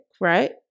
right